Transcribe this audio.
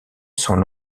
sont